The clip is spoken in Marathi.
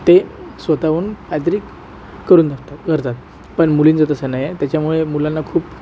ते स्वतःहून काहीतरी करून टाकतात करतात पण मुलींचं तसं नाही आहे त्याच्यामुळे मुलांना खूप